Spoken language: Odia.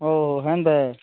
ହୋ ଏମିତି